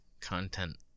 content